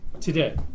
Today